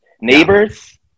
neighbors